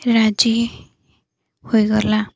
ରାଜି ହୋଇଗଲା